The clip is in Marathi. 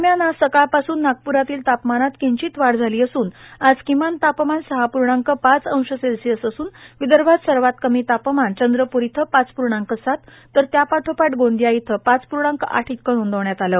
दरम्यान आज सकाळपासून नागपुरातील तापमानात किंचित वाढ झाली असून आज किमान तापमान सहा पूर्णांक पाच अंश सेल्सिअस असून विदर्भात सर्वात कमी तापमान चंद्रपूर इथं पाच पूर्णाक सात तर त्यापाठोपाठ गोंदिया इथं पाच पूर्णाक आठ इतकं नोंदविण्यात आलं